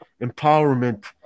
empowerment